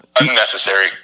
Unnecessary